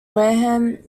wareham